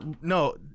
no